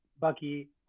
Bucky